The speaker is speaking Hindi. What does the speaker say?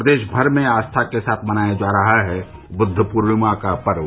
प्रदेश भर में आस्था के साथ मनाया जा रहा है बुद्वपूर्णिमा का पर्व